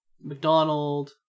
mcdonald